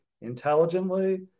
intelligently